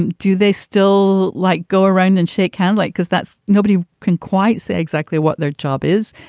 do they still, like, go around and shake candlelight? because that's nobody can quite say exactly what their job is.